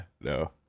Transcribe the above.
no